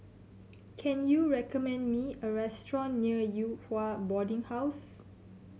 can you recommend me a restaurant near Yew Hua Boarding House